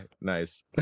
nice